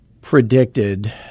predicted